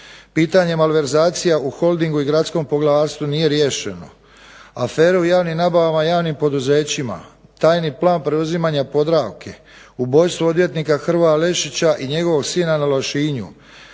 Pitanje malverzacija u Holdingu i Gradskom poglavarstvu nije riješeno. Afere u javnim nabavama, javnim poduzećima, tajni plan preuzimanja Podravke, ubojstvo odvjetnika Hrvoja Lešića i njegovog sina na Lošinju,